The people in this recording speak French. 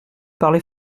parlez